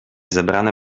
zebrane